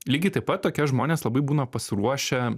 lygiai taip pat tokie žmonės labai būna pasiruošę